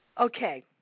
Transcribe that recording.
Okay